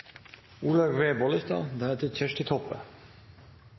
Olaug V. Bollestad